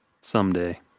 someday